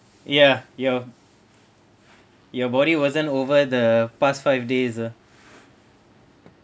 ya your your body wasn't over the past five days ah